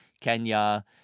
Kenya